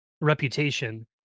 reputation